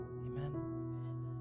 Amen